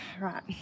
Right